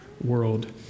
world